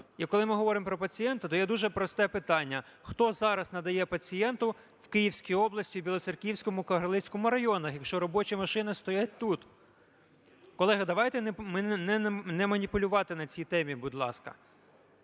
І коли ми говоримо про пацієнта, то є дуже просте питання: "Хто зараз надає пацієнту в Київській області в Білоцерківському, Кагарлицькому районах, якщо робочі машини стоять тут?" Колеги, давайте не маніпулювати на цій темі, будь ласка.